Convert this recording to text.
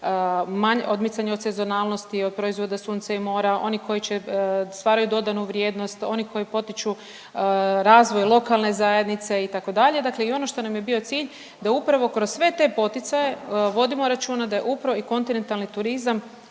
odmicanju od sezonalnosti, od proizvoda sunca i mora, oni koji će stvaraju dodanu vrijednosti, oni koji potiču razvoj lokalne zajednice itd. Dakle i ono što nam je bio cilj da upravo kroz sve te poticaje vodimo računa da je upravo i kontinentalni turizam